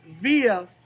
via